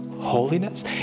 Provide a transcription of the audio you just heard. Holiness